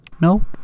No